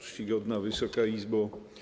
Czcigodna Wysoka Izbo!